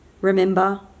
Remember